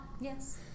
Yes